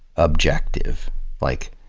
objective like,